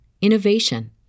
innovation